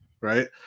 right